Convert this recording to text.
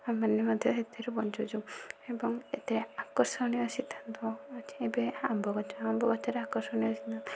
ଆମେମାନେ ମଧ୍ୟ ସେଥିରୁ ବଞ୍ଚୁଛୁ ଏବଂ ଏତେ ଆକର୍ଷଣୀୟ ସିଦ୍ଧାନ୍ତ ଅଛି ଏବେ ଆମ୍ବ ଗଛ ଆମ୍ବ ଗଛରେ ଆକର୍ଷଣୀୟ ସିଦ୍ଧାନ୍ତ